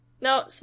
No